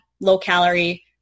low-calorie